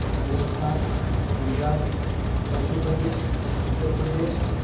Rajasthan Punjab Madhya Pradesh Uttar Pradesh Bihar